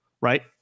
right